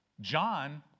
John